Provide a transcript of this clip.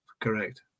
correct